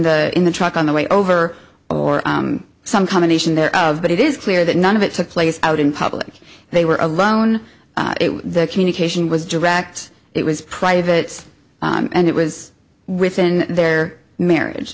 the in the truck on the way over or some combination thereof but it is clear that none of it took place out in public they were alone the communication was direct it was private and it was within their marriage